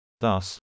Thus